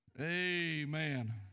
Amen